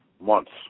months